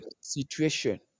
situation